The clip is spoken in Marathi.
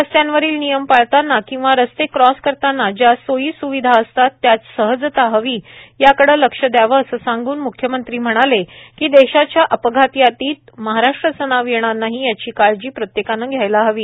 रस्त्यांवरील नियम पळतांना किंवा रस्ते क्रॉस करतांना ज्या सोयी स्विधा असतात त्यात सहजता हवी त्याकडे लक्ष द्यावे असे सांगून म्ख्यमंत्री म्हणाले की देशाच्या अपघात यादीत महाराष्ट्राचे नाव येणार नाही याची काळजी प्रत्येकाने घ्यायला हवी